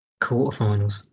Quarterfinals